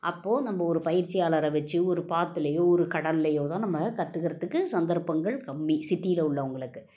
அப்போது நம்ம ஒரு பயிற்சியாளரை வைச்சு ஒரு ஆற்றுலயோ ஒரு கடல்லையோதான் நம்ம கற்றுக்கிறதுக்கு சந்தர்ப்பங்கள் கம்மி சிட்டியில் உள்ளவர்களுக்கு